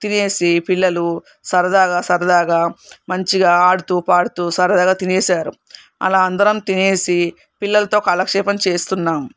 తినేసి పిల్లలు సరదాగా సరదాగా మంచిగా ఆడుతూ పాడుతూ సరదాగా తినేసారు అలా అందరం తినేసి పిల్లలతో కాలక్షేపం చేస్తున్నాం